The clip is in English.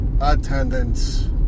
Attendance